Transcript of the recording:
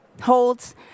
holds